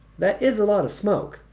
that is a lot of smoke.